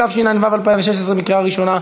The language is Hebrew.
התשע"ו 2016, לקריאה ראשונה.